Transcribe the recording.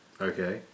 Okay